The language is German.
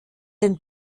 den